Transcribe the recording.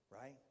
right